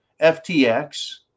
FTX